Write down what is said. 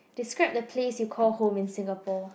describe the place you call home in Singapore